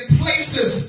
places